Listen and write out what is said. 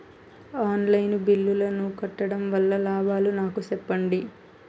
On line బిల్లుల ను కట్టడం వల్ల లాభాలు నాకు సెప్పండి?